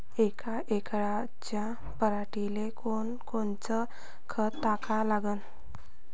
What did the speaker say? यका एकराच्या पराटीले कोनकोनचं खत टाका लागन?